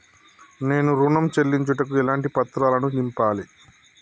నేను ఋణం చెల్లించుటకు ఎలాంటి పత్రాలను నింపాలి?